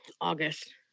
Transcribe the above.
August